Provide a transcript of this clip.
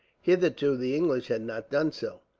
hitherto the english had not done so.